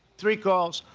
three calls.